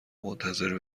منتظر